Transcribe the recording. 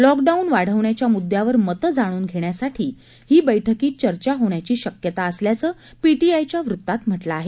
lockdown वा वण्याच्या मुद्यावर मतं जाणून घेण्यासाठी ही बछकीत चर्चा होण्याची शक्यता असल्याचं पीटीआयच्या वृत्तात म्हटलं आहे